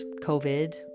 COVID